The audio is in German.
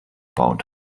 baut